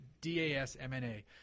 d-a-s-m-n-a